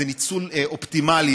זה ניצול אופטימלי.